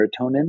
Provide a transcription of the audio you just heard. serotonin